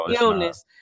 illness